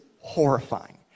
horrifying